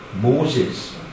Moses